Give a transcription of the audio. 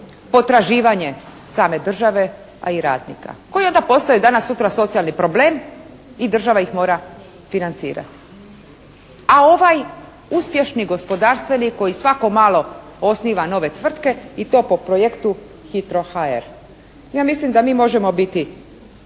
potraživanje same države a i radnika. Koji onda postaju danas sutra socijalni problem i država ih mora financirati. A ovaj uspješni gospodarstvenik koji svako malo osniva nove tvrtke i to po projektu «Hitro HR». Ja mislim da mi možemo biti